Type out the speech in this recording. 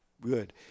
good